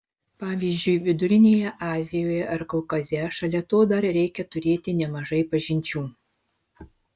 pavyzdžiui vidurinėje azijoje ar kaukaze šalia to dar reikia turėti nemažai pažinčių